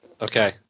Okay